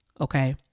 Okay